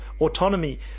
autonomy